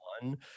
one